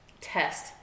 test